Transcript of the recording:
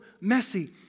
messy